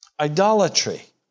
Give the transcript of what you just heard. Idolatry